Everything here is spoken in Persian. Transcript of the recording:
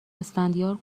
اسفندیار